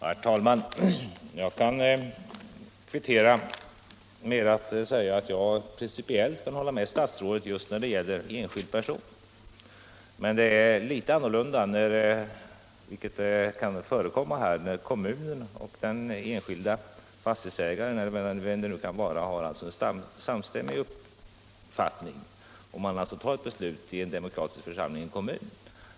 Herr talman! Jag kan kvittera med att säga att jag rent principiellt kan hålla med statsrådet just när det gäller enskild person men att det är litet annorlunda när — vilket kan förekomma - kommunen och den enskilde fastighetsägaren, eller vem det nu kan vara, har en samstämmig uppfattning och man alltså fattar ett beslut i en demokratisk församling, i en kommun.